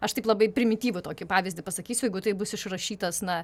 aš taip labai primityvų tokį pavyzdį pasakysiu jeigu tai bus išrašytas na